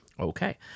Okay